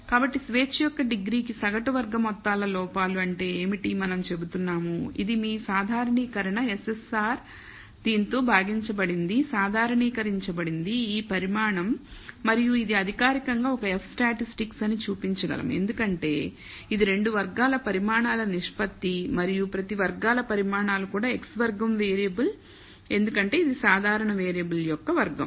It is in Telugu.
కాబట్టి స్వేచ్ఛ యొక్క డిగ్రీకి సగటు వర్గ మొత్తాల లోపాలు అంటే ఏమిటి మనం చెబుతున్నాము ఇది మీ సాధారణీకరణ SSR దీనితో భాగిచబడింది సాధారణీకరించబడినది ఈ పరిమాణం మరియు ఇది అధికారికంగా ఒక F స్టాటిస్టిక్ అని చూపించగలము ఎందుకంటే ఇది రెండు వర్గాల పరిమాణాల నిష్పత్తి మరియు ప్రతి వర్గాల పరిమాణాలు కూడా χ వర్గం వేరియబుల్ ఎందుకంటే ఇది సాధారణ వేరియబుల్ యొక్క వర్గం